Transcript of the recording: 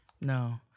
No